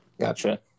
Gotcha